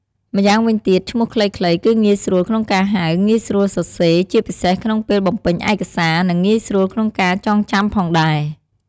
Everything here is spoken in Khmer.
ម្យ៉ាងវិញទៀត ឈ្មោះខ្លីៗគឺងាយស្រួលក្នុងការហៅ ងាយស្រួលសរសេរ ជាពិសេសក្នុងពេលបំពេញឯកសារ និងងាយស្រួលក្នុងការចងចាំផងដែរ។